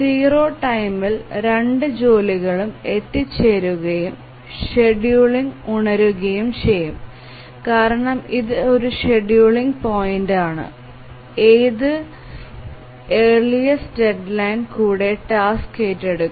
0 ടൈമിൽ രണ്ട് ജോലികളും എത്തിച്ചേരുകയും ഷെഡ്യൂളർ ഉണരുകയും ചെയ്യും കാരണം ഇത് ഒരു ഷെഡ്യൂളിംഗ് പോയിന്റാണ് ഇത് ഏർലിസ്റ് ഡെഡ്ലൈൻ കൂടെ ടാസ്ക് ഏറ്റെടുക്കും